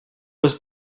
was